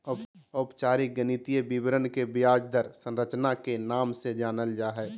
औपचारिक गणितीय विवरण के ब्याज दर संरचना के नाम से जानल जा हय